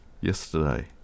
yesterday